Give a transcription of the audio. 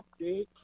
Update